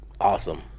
awesome